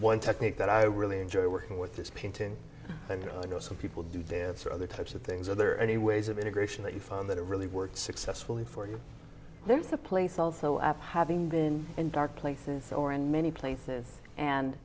one technique that i really enjoy working with this painting and i know some people do dance or other types of things are there are any ways of integration that you found that really worked successfully for you there's a place also after having been in dark places or in many places and